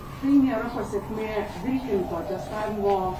tai nėra pasekmė vilkinto testavimo